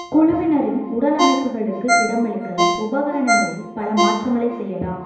குழுவினரின் உடலமைப்புகளுக்கு இடமளிக்க உபகரணங்களில் பல மாற்றங்களைச் செய்யலாம்